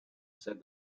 said